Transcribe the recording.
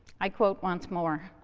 i quote once more.